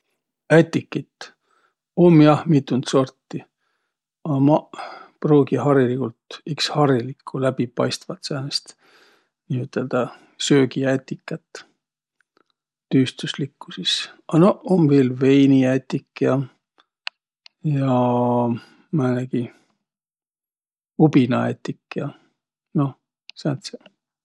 Ätikit? Um ja mitund sorti, a maq pruugi hariligult iks harilikku, läbipaistvat säänest niiüteldäq söögiätikät, tüüstüslikku sis. A no um viil veiniätik ja määnegi ubinaätik ja. Noh, sääntseq.